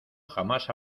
jamás